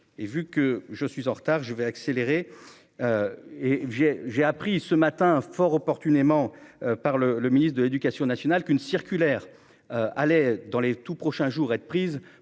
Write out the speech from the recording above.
Et vu que je suis en retard, je vais accélérer. Et j'ai, j'ai appris ce matin fort opportunément par le le ministre de l'Éducation nationale qu'une circulaire. Allait dans les tout prochains jours être prises